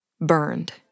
burned